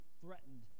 threatened